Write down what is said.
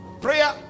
prayer